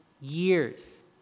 years